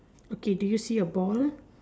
okay do you see a ball